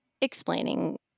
explaining